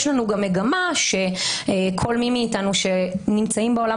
יש לנו גם מגמה שכל מי מאתנו שנמצאים בעולם